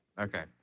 Okay